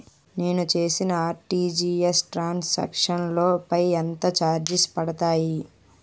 నేను చేసిన RTGS transaction లో పై ఎంత చార్జెస్ పడతాయి?